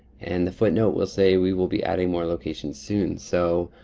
and the footnote will say, we will be adding more locations soon. so,